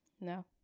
No